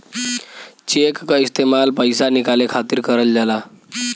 check क इस्तेमाल पइसा निकाले खातिर करल जाला